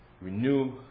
renew